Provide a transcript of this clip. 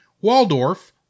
Waldorf